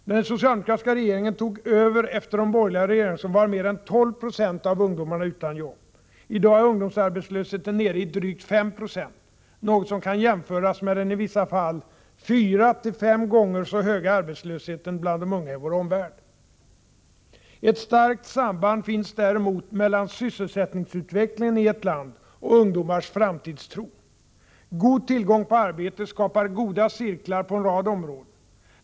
När den socialdemokratiska regeringen tog över efter de borgerliga regeringsåren var mer än 12 70 av ungdomarna utan jobb. I dag är ungdomsarbetslösheten nere idrygt5 90, något som kan jämföras med den i vissa fall fyra till fem gånger så höga arbetslösheten bland de unga i vår omvärld. Ett starkt samband finns däremot mellan sysselsättningsutvecklingen i ett land och ungdomars framtidstro. God tillgång på arbete skapar goda cirklar på en rad områden.